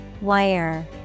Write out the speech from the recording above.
Wire